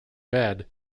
bed